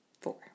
Four